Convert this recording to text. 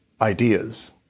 ideas